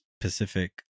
pacific